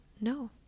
no